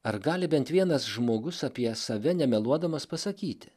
ar gali bent vienas žmogus apie save nemeluodamas pasakyti